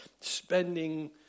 spending